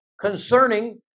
concerning